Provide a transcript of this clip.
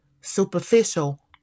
superficial